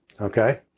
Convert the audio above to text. Okay